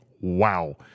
wow